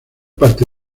parte